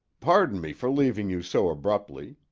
pardon me for leaving you so abruptly.